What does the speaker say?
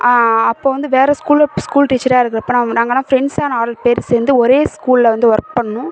அப்போ வந்து வேறு ஸ்கூலில் ஸ்கூல் டீச்சராக இருக்கிறப்ப நாங் நாங்கள்லாம் ஃப்ரெண்ட்ஸாக நாலு பேர் சேர்ந்து ஒரே ஸ்கூலில் வந்து ஒர்க் பண்ணோம்